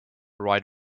right